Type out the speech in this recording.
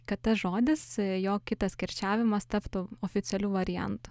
kad tas žodis jo kitas kirčiavimas taptų oficialiu variantu